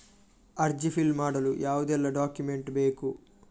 ಅರ್ಜಿ ಫಿಲ್ ಮಾಡಲು ಯಾವುದೆಲ್ಲ ಡಾಕ್ಯುಮೆಂಟ್ ಬೇಕು?